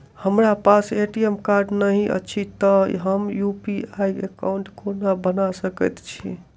हमरा पास ATM card नहि अछि तए हम यु.पी.आई एकॉउन्ट कोना बना सकैत छी